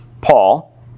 Paul